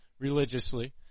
religiously